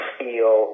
feel